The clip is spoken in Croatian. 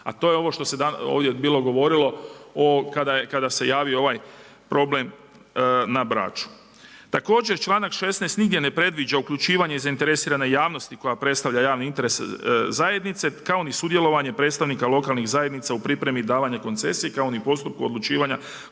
a to je ovo što se danas bilo govorilo kada se javio ovaj problem na Braču. Također, članak 16. nigdje ne predviđa uključivanje zainteresirane javnosti koja predstavlja javni interes zajednice, kao ni sudjelovanje predstavnika lokalnih zajednica u pripremi davanja koncesije kao ni postupku odlučivanja